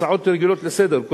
הצעות רגילות לסדר-היום,